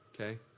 okay